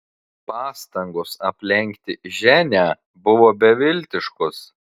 pastangos aplenkti ženią buvo beviltiškos